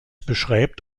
beschreibt